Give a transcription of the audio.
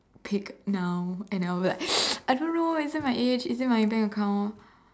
pick now and I will be like I don't know isn't my age isn't my bank account